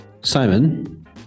Simon